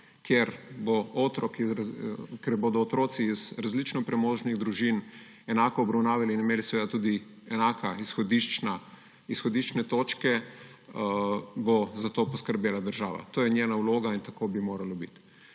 kjer bodo otroci iz različno premožnih družin enako obravnavani in imeli tudi enake izhodiščne točke. In bo za to poskrbela država. To je njena vloga in tako bi moralo biti.